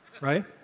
Right